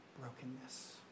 brokenness